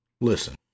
Listen